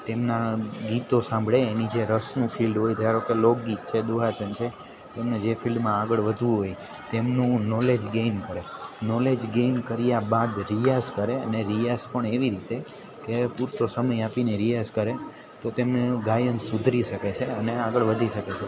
તેમના ગીતો સાંભળે એની જે રસનું ફિલ્ડ હોય ધારો કે લોકગીત છે દુહા છંદ છે એમને જે ફિલ્ડમાં આગળ વધવું હોય તેમનું નોલેજ ગેઈન કરે નોલેજ ગેઈન કર્યા બાદ રિયાઝ કરે અને રિયાઝ પણ એવી રીતે કે પૂરતો સમય આપીને રિયાઝ કરે તો તેમને ગાયન સુધરી શકે છે અને આગળ વધી શકે છે